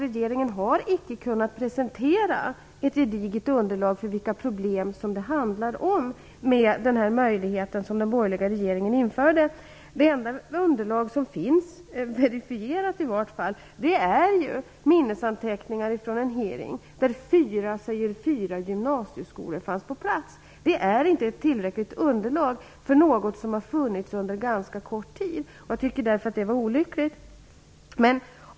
Regeringen har icke heller kunnat presentera ett gediget underlag för vilka problem det handlar om, med den möjlighet som den borgerliga regeringen införde. Det enda underlag som finns, i varje fall verifierat, är minnesanteckningar från en hearing, där fyra säger fyra gymnasieskolor fanns på plats. Det är inte ett tillräckligt underlag för något som har funnits under ganska kort tid. Jag tycker därför att det var olyckligt.